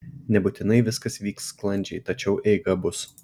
nebūtinai viskas vyks sklandžiai tačiau eiga bus